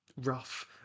rough